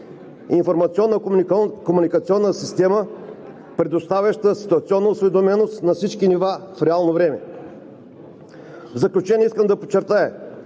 информационно-комуникационна система, предоставяща ситуационна осведоменост на всички нива в реално време. В заключение искам да подчертая,